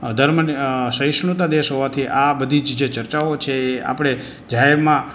અ ધર્મ ની અ સહિષ્ણુતા દેશ હોવાથી આ બધી જે ચર્ચાઓ છે એ આપણે જાહેરમાં